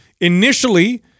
Initially